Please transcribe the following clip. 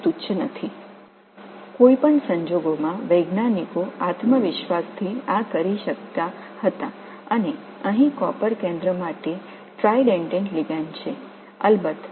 எந்தவொரு சந்தர்ப்பத்திலும் விஞ்ஞானிகள் இதை நம்பிக்கையுடன் செய்ய முடிந்தது இங்கே காப்பர் மையத்திற்கான ட்ரைடெண்டேட் லிகாண்ட் உள்ளது